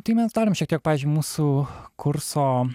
tai mes darom šiek tiek pavyzdžiui mūsų kurso